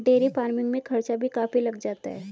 dairy farming में खर्चा भी काफी लग जाता है